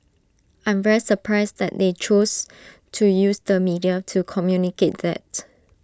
I'm very surprised that they choose to use the media to communicate that